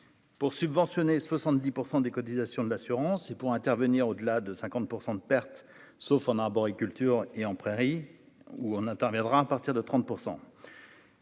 pour subventionner 70 pour 100 des cotisations de l'assurance et pour intervenir au-delà de 50 % de perte sauf en arboriculture et en prairie où on interviendra à partir de 30 %.